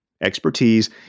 expertise